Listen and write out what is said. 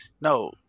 No